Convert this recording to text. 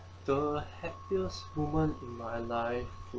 the happiest moment in my life